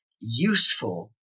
useful